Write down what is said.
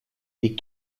die